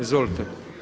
Izvolite.